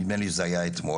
נדמה לי שזה היה אתמול,